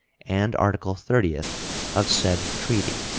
and article thirtieth of said treaty.